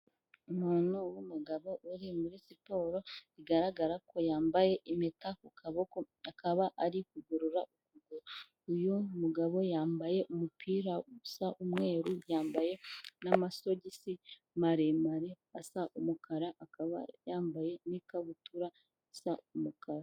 Umuntu w'umugabo uri muri siporo bigaragara ko yambaye impeta ku kaboko akaba ari kugorora ukuguru , uyu mugabo yambaye umupira usa umweru ,yambaye n'amasogisi maremare asa umukara, akaba yambaye n'ikabutura isa umukara.